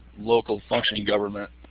local functioning government.